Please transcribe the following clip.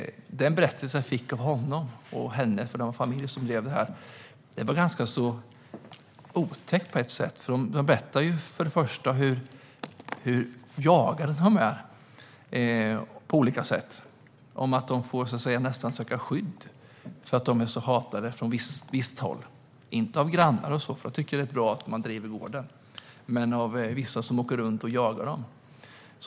Den berättelse jag fick av honom - och henne; det är en familj som driver det här - var ganska otäck på ett sätt. De berättade om hur jagade de är på olika sätt. De får nästan söka skydd för att de är så hatade från visst håll - inte av grannar, för de tycker att det är bra att man driver gården, men av vissa som åker runt och jagar dem.